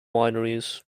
wineries